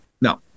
no